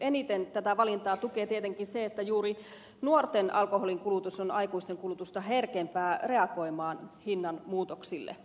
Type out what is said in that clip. eniten tätä valintaa tukee tietenkin se että juuri nuorten alkoholinkulutus on aikuisten kulutusta herkempää reagoimaan hinnan muutoksille